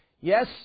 Yes